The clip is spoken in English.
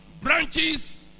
branches